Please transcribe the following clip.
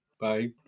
Bye